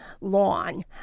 lawn